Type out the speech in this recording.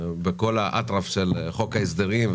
בכל האטרף של חוק ההסדרים,